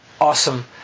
Awesome